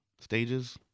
stages